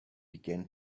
began